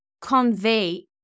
convey